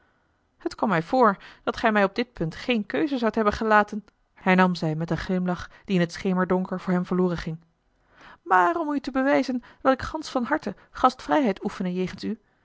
het kwam mij voor dat gij mij op dit punt geene keuze zoudt hebben gelaten hernam zij met een glimlach die in het schemerdonker voor hem verloren ging maar om u te bewijzen dat ik gansch van harte gastvrijheid oefene jegens u